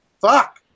Fuck